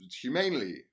Humanely